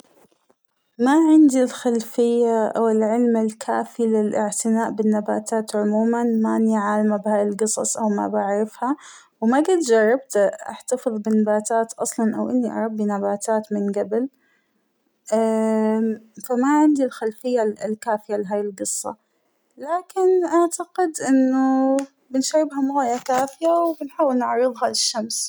ما عندى الخلفية أو العلم الكافى للإعتناء بالنباتات عموماً، مانى عالمة بهاى القصص او ما بعرفها ، وما جيت جربت أحتفظ بالنباتات أصلاً أو إنى أربى نباتات من قبل ، فما عندى الخلفية الكافية لهى القصة ، لكن أعتقد إنه بنشربها مايه كافية وبنحاول نعرضها للشمس.